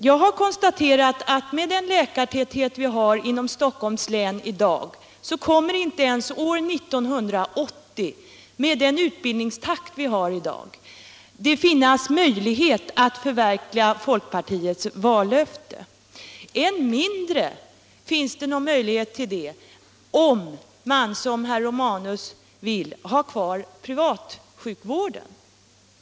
Jag har konstaterat att med den läkartäthet vi har inom Stockholms län i dag och med den utbildningstakt vi har kommer det inte att ens år 1980 finnas möjlighet att förverkliga folkpartiets vallöfte. Än mindre finns det någon möjlighet till det om man, som herr Romanus, vill ha kvar privatsjukvården.